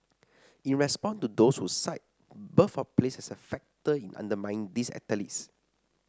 in response to those who cite birth of place as a factor in undermining these athletes